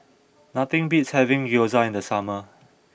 nothing beats having Gyoza in the summer